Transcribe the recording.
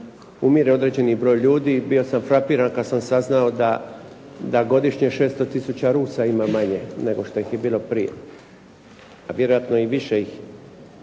umire određeni broj ljudi. Bio sam frapiran kad sam saznao da godišnja 600 tisuća Rusa ima manje nego što ih je bilo prije, a vjerojatno i više ih